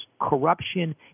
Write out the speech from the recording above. corruption